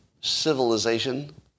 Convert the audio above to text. civilization